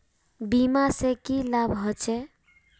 बीमा से की लाभ होचे?